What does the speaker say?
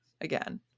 again